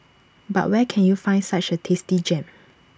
but where can you find such A tasty gem